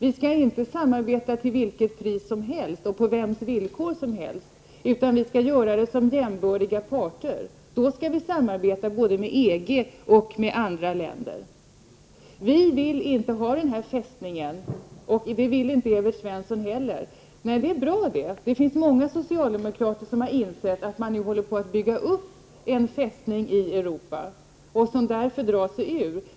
Vi skall inte samarbeta till vilket pris som helst och vems villkor som helst. Vi skall samarbeta som jämbördiga parter. Då skall vi samarbeta med både EG och andra länder. Vi vill inte ha någon ekonomisk fästning, och det vill inte Evert Svensson heller. Det är bra. Det finns många socialdemokrater som har insett att man håller på att bygga upp en fästning i Europa och som därför drar sig ur.